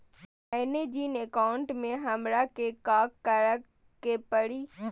मैंने जिन अकाउंट में हमरा के काकड़ के परी?